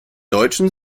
deutschen